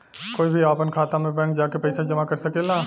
कोई भी आपन खाता मे बैंक जा के पइसा जामा कर सकेला